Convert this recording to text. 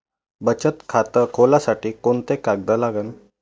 बचत खात खोलासाठी कोंते कागद लागन?